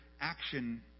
action